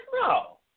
no